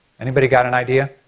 anybody got an idea?